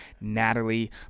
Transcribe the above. Natalie